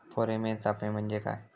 Pheromone सापळे म्हंजे काय?